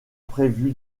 prévu